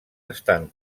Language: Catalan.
estan